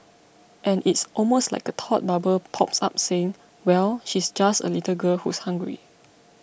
and it's almost like a thought bubble pops up saying well she's just a little girl who's hungry